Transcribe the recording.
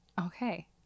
Okay